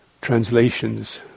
translations